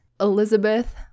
Elizabeth